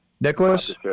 Nicholas